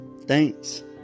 Thanks